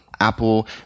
Apple